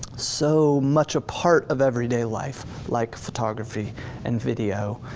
so much a part of everyday life like photography and video.